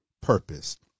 purpose